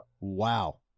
Wow